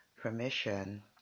permission